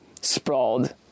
sprawled